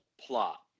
plot